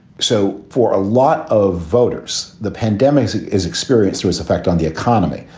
so for a lot of voters, the pandemic is experiencing its effect on the economy,